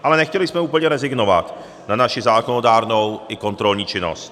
Ale nechtěli jsme úplně rezignovat na naši zákonodárnou i kontrolní činnost.